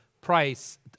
price